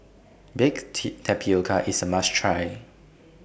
Baked Tapioca IS A must Try